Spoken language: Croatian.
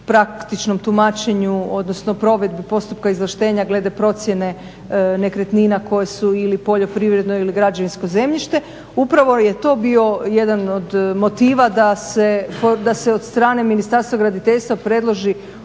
praktičnom tumačenju odnosno provedbi postupka izvlaštenja glede procjene nekretnina koje su ili poljoprivredno ili građevinsko zemljište upravo je to bio jedan od motiva da se od strane ministarstva graditeljstva predloži